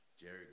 Jerry